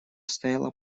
стояла